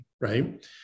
right